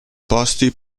posti